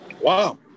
Wow